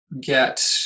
get